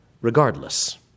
regardless